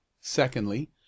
Secondly